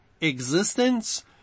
existence